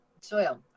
soil